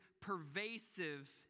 pervasive